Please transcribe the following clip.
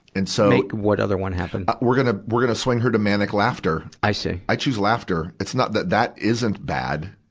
and so what other one happen? we're gonna, we're gonna swing her to manic laughter. i see. i choose laughter. it's not that, that isn't bad.